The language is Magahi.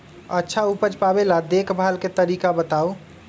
अच्छा उपज पावेला देखभाल के तरीका बताऊ?